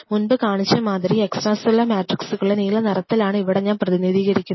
മുൻപ് കാണിച്ച മാതിരി എക്സ്ട്രാ സെല്ലുലാർ മാട്രിക്സ്സുകളെ നീല നിറത്തിലാണ് ഇവിടെ ഞാൻ പ്രതിനിധീകരിക്കുന്നത്